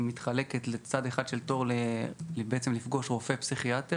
היא מתחלקת לצד אחד לתור לפגוש רופא פסיכיאטר